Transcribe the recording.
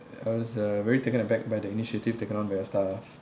I was uh very taken aback by the initiative taken on by your staff